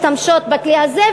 משתמשות בכלי הזה,